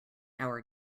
our